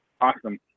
Awesome